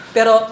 Pero